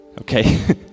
okay